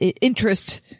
interest